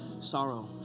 sorrow